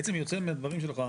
בעצם יוצא מהדברים שלך,